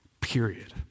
Period